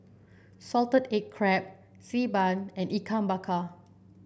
Salted Egg Crab Xi Ban and Ikan Bakar